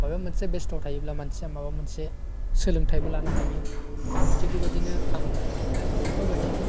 बबेबा मोनसे बेस्थआव थायोब्ला मानसिया माबा मोनसे सोलोंथाइबो लानो हायो थिग बेबायदिनो आं बेफोरबायदि